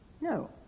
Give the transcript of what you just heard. No